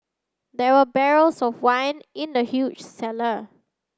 there were barrels of wine in the huge cellar